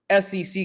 SEC